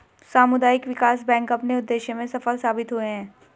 सामुदायिक विकास बैंक अपने उद्देश्य में सफल साबित हुए हैं